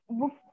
book